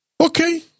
Okay